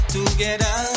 Together